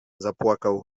zapłakał